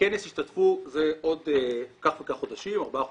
זה עוד ארבעה חודשים,